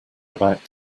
about